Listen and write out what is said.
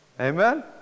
Amen